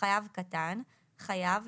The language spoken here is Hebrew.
"חייב קטן" חייב,